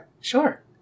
Sure